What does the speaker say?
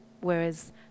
whereas